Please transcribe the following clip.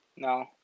No